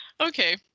Okay